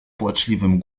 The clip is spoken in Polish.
płaczliwym